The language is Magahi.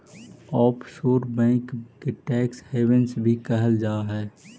ऑफशोर बैंक के टैक्स हैवंस भी कहल जा हइ